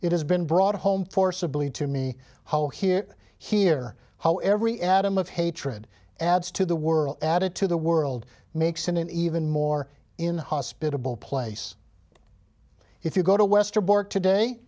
it has been brought home forcibly to me how here here how every atom of hatred adds to the world added to the world makes an even more inhospitable place if you go to westerbork today